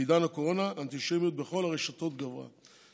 בעידן הקורונה האנטישמיות בכל הרשתות גברה.